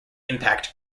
impact